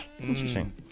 Interesting